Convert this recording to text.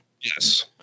Yes